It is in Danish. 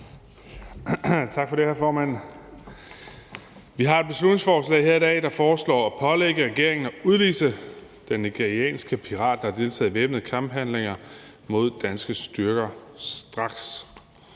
Tak for det, hr. formand. Vi har jo et beslutningsforslag her i dag, der foreslår at pålægge regeringen at udvise den nigerianske pirat, der har deltaget i væbnede kamphandlinger mod danske styrker, straks.